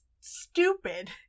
stupid